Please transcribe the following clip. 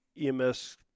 EMS